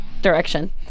direction